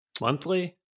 Monthly